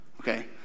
Okay